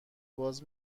باز